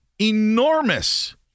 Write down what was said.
Enormous